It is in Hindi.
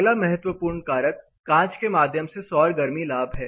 अगला महत्वपूर्ण कारक कांच के माध्यम से सौर गर्मी लाभ है